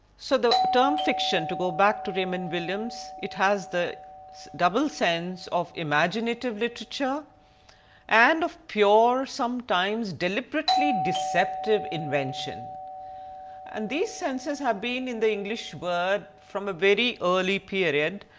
so the term fiction to go back to raymond williams it has the double sense of imaginative literature and of pure sometimes deliberately deceptive invention and these senses have been in the english word from a very early period.